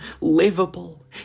livable